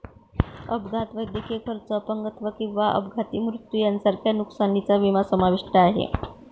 अपघात, वैद्यकीय खर्च, अपंगत्व किंवा अपघाती मृत्यू यांसारख्या नुकसानीचा विमा समाविष्ट आहे